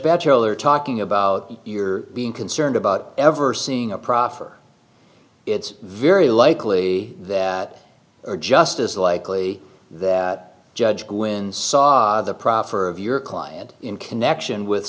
batchelor talking about your being concerned about ever seeing a proffer it's very likely that are just as likely that judge quinn saw the proffer of your client in connection with